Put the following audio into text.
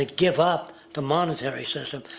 ah give up the monetary system,